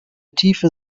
tiefe